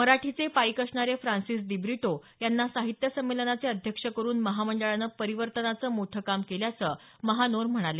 मराठीचे पाईक असणारे फ्रान्सिस दिब्रिटो यांना साहित्य संमेलनाचे अध्यक्ष करून महामंडळानं परिवर्तनाचं मोठ काम केल्याचं महानोर म्हणाले